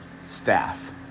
staff